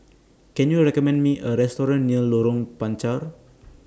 Can YOU recommend Me A Restaurant near Lorong Panchar